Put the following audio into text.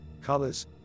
colors